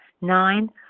Nine